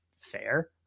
fair